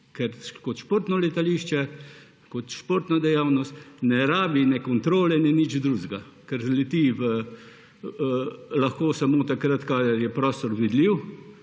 ker kot športno letališče, kot športna dejavnost, ne rabi ne kontrole, ne nič drugega, ker se leti lahko samo takrat, ko je zračni prostor vidljiv,